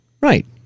Right